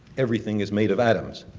everything is made of atoms.